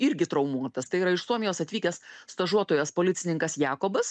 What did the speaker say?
irgi traumuotas tai yra iš suomijos atvykęs stažuotojas policininkas jakobas